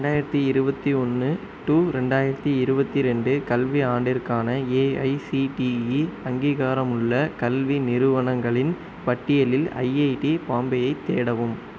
ரெண்டாயிரத்தி இருபத்தி ஒன்று டூ ரெண்டாயிரத்தி இருபத்தி ரெண்டு கல்வியாண்டிற்கான ஏஐசிடிஇ அங்கீகாரமுள்ள கல்வி நிறுவனங்களின் பட்டியலில் ஐஐடி பாம்பேயைத் தேடவும்